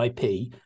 IP